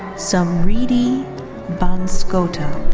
samridhi banskota.